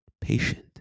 patient